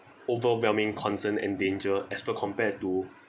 overwhelming concern and danger as per compared to